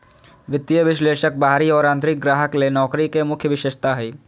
वित्तीय विश्लेषक बाहरी और आंतरिक ग्राहक ले नौकरी के मुख्य विशेषता हइ